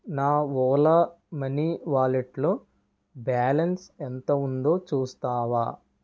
నా ఓలా మనీ వాలెట్లో బ్యాలన్స్ ఎంత ఉందో చూస్తావా